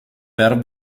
per